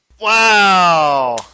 Wow